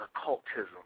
occultism